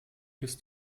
ist